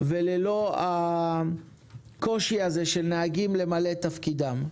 וללא הקושי הזה של נהגים למלא את תפקידם.